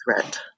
threat